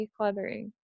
decluttering